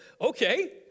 okay